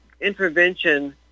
intervention